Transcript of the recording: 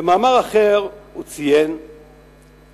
במאמר אחר הוא ציין ואמר: